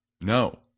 No